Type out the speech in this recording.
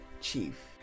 chief